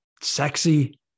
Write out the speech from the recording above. sexy